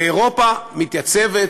ואירופה מתייצבת,